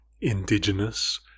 indigenous